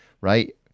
right